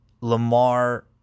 Lamar